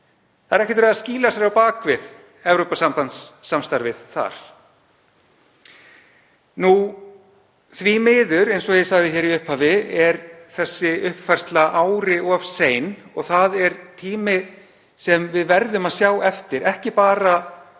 Það er ekkert verið að skýla sér á bak við Evrópusambandssamstarfið þar. Því miður, eins og ég sagði í upphafi, er þessi uppfærsla ári of sein og það er tími sem við verðum að sjá eftir, ekki bara út